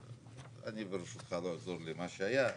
אני ברשותך לא אתייחס למה שהיה.